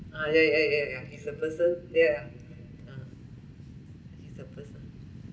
ah ya ya ya ya it's a person ya ah he's a person